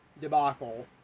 debacle